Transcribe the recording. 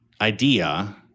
idea